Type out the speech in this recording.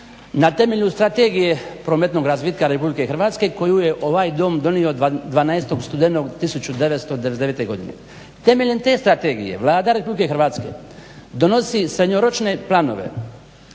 na temelju Strategije prometnog razvitka RH koju je ovaj Dom donio 12.studenog 1999.godine. temeljem te strategije Vlada RH donosi srednjoročne planove